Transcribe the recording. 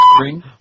ring